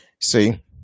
See